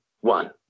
one